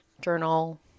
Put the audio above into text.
journal